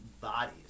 bodies